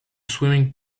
swimming